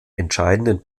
entscheidenden